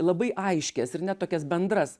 labai aiškias ir net tokias bendras